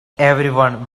everyone